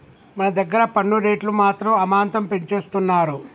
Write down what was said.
మన దగ్గర పన్ను రేట్లు మాత్రం అమాంతం పెంచేస్తున్నారు